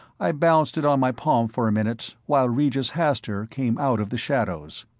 i balanced it on my palm for a minute while regis hastur came out of the shadows.